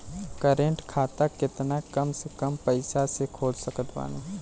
Current खाता केतना कम से कम पईसा से खोल सकत बानी?